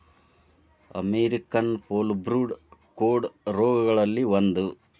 American foulbrood ಕೋಡ ರೋಗಗಳಲ್ಲಿ ಒಂದ